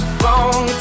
wrong